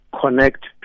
connect